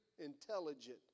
intelligent